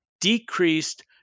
decreased